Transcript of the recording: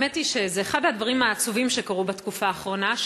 האמת היא שזה אחד הדברים העצובים שקרו בתקופה האחרונה.